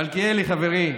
מלכיאלי חברי,